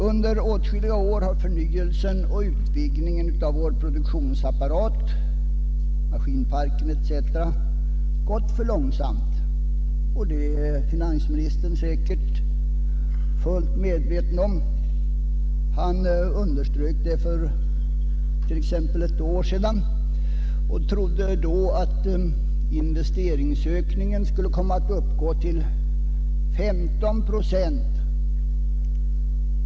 Under åtskilliga år har förnyelsen och utvidgningen av vår produktionsapparat — maskinparken etc. — gått för långsamt. Detta är finansministern säkert fullt medveten om; han underströk det t.ex. för ett år sedan. Finansministern trodde då att investeringsökningen skulle komma att uppgå till 15 procent.